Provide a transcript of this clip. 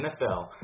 NFL